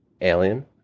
alien